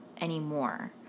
anymore